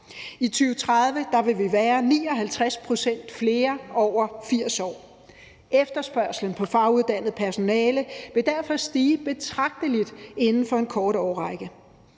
I 2030 vil vi være 59 pct. flere over 80 år. Efterspørgslen på faguddannet personale vil derfor stige betragteligt inden for en kort årrække,